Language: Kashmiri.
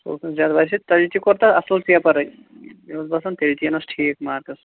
سُہ اوس نہٕ زیادٕ ویٚسے تۅہہِ تہِ کوٗتاہ اصٕل پیٚپر اے مےٚ اوس باسان تیٚلہِ تہِ یِنَس ٹھیٖک مارکٕس